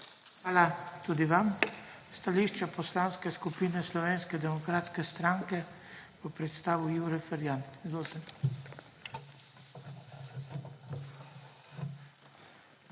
Hvala tudi vam. Stališča Poslanske skupine Slovenske demokratske stranke bo predstavil Jure Ferjan. Izvolite.